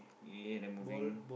ya they're moving